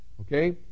Okay